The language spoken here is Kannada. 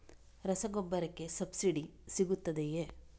ರಸಗೊಬ್ಬರಕ್ಕೆ ಸಬ್ಸಿಡಿ ಸಿಗುತ್ತದೆಯೇ?